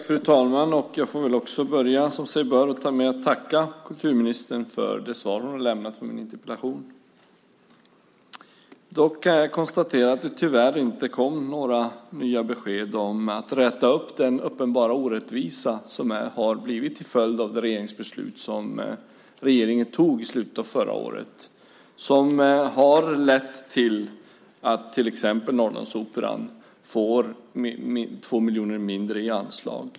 Fru talman! Jag får väl börja som sig bör med att tacka kulturministern för det svar som hon har lämnat på min interpellation. Jag kan dock konstatera att det tyvärr inte kom några nya besked om att rätta till den uppenbara orättvisa som har blivit till följd av det regeringsbeslut som regeringen tog i slutet av förra året, som har lett till att till exempel Norrlandsoperan får 2 miljoner mindre i anslag.